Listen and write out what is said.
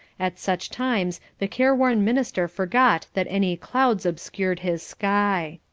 at such times the careworn minister forgot that any clouds obscured his sky.